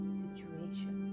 situation